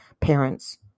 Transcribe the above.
parents